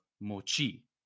Mochi